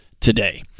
today